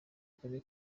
akarere